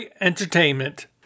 entertainment